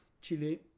Chile